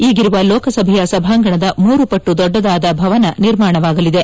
ಈಗಿರುವ ಲೋಕಸಭೆಯ ಸಭಾಂಗಣದ ಮೂರು ಪಟ್ಟು ದೊಡ್ಡದಾದ ಭವನ ನಿರ್ಮಾಣವಾಗಲಿದೆ